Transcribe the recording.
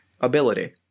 ability